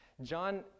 John